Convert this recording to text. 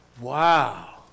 wow